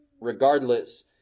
regardless